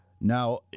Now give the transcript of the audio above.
Now